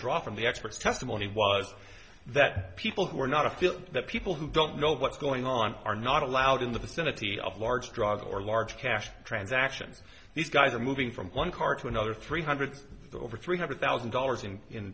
draw from the experts testimony was that people who are not a feel that people who don't know what's going on are not allowed in the vicinity of large drug or large cash transactions these guys are moving from one car to another three hundred over three hundred thousand dollars and in